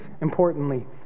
importantly